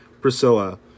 Priscilla